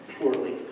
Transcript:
poorly